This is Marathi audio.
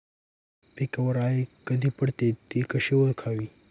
पिकावर अळी कधी पडते, ति कशी ओळखावी?